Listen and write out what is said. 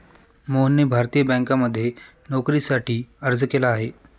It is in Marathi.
मोहनने भारतीय बँकांमध्ये नोकरीसाठी अर्ज केला आहे